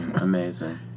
Amazing